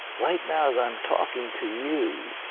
right now as i'm talking to you,